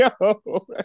Yo